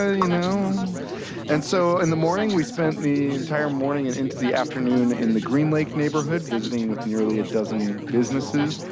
ah you know and so and the morning, we spent the entire morning and into the afternoon in the green lake neighborhood, visiting with nearly a dozen businesses,